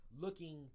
looking